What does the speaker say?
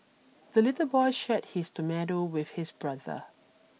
the little boy shared his tomato with his brother